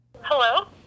Hello